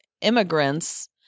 immigrants